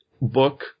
book